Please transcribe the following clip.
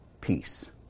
peace